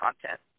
content